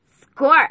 score